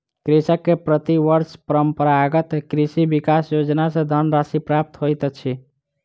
कृषक के प्रति वर्ष परंपरागत कृषि विकास योजना सॅ धनराशि प्राप्त होइत अछि